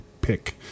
pick